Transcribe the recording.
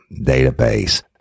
database